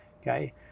Okay